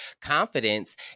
confidence